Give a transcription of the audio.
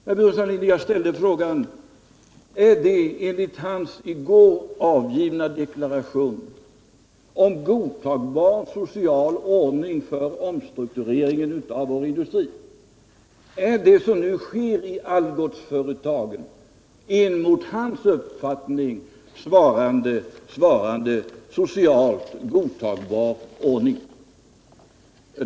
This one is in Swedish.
Jag ställde en fråga till herr Burenstam Linder med anknytning till hans i går avgivna deklaration om en godtagbar social ordning för omstruktureringen av vår industri: Är det som nu sker i Algotsföretagen en mot hans uppfattning svarande godtagbar social ordning?